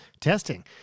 testing